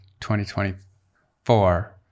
2024